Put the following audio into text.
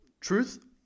truth